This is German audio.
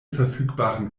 verfügbaren